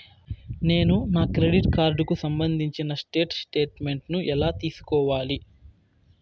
నేను నా క్రెడిట్ కార్డుకు సంబంధించిన స్టేట్ స్టేట్మెంట్ నేను ఎలా తీసుకోవాలి?